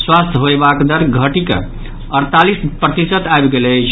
स्वस्थ होयबाक दर घटिकऽ अड़तालिस प्रतिशत आबि गेल अछि